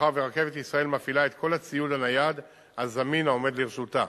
מאחר ש"רכבת ישראל" מפעילה את כל הציוד הנייד הזמין העומד לרשותה.